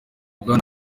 bwana